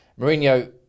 mourinho